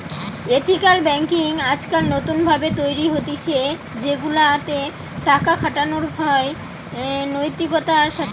ethical banking আজকাল নতুন ভাবে তৈরী হতিছে সেগুলা তে টাকা খাটানো হয় নৈতিকতার সাথে